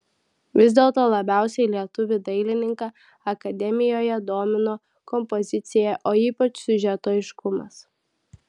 vis dėlto labiausiai lietuvį dailininką akademijoje domino kompozicija o ypač siužeto aiškumas